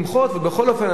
ובכל אופן אנחנו,